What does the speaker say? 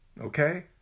Okay